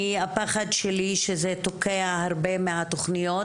הפחד שלי שזה תוקע הרבה מהתכניות,